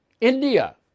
India